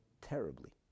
terribly